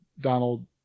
Donald